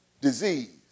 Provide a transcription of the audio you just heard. disease